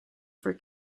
for